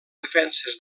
defenses